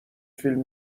فیلم